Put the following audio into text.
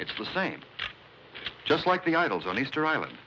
it's the same just like the idols on easter island